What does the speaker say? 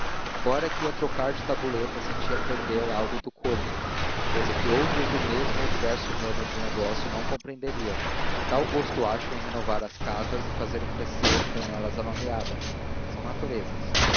agora que ia trocar de tabuleta sentia perder algo do corpo cousa que outros do mesmo ou diverso ramo de negócio não compreenderiam tal gosto acham em renovar as casas e fazer crescer com elas a nomeada são naturezas